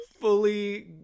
fully